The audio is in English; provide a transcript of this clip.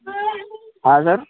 order